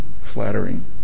flattering